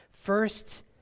First